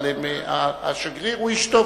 אבל השגריר הוא איש טוב,